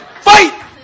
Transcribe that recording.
Fight